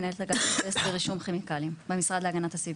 מנהלת אגף אסבסט לרישום כימיקלים במשרד להגנת הסביבה.